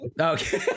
okay